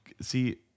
See